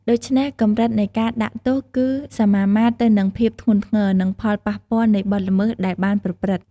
ដូច្នេះ កម្រិតនៃការដាក់ទោសគឺសមាមាត្រទៅនឹងភាពធ្ងន់ធ្ងរ និងផលប៉ះពាល់នៃបទល្មើសដែលបានប្រព្រឹត្ត។